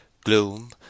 Gloom